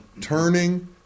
turning